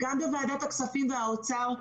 גם בוועדת הכספים והאוצר,